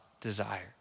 desire